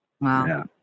Wow